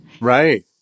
right